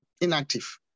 inactive